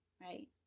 right